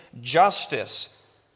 justice